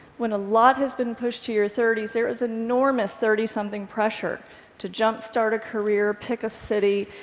when a lot has been pushed to your thirty s, there is enormous thirtysomething pressure to jump-start a career, pick a city,